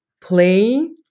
play